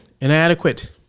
inadequate